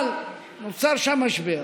אבל נוצר שם משבר,